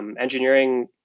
Engineering